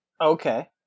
Okay